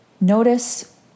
notice